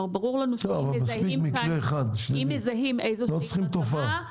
אבל מספיק מקרה אחד, לא צריכים תופעה.